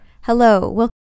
Hello